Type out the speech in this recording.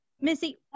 Missy